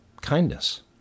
kindness